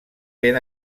ben